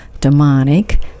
demonic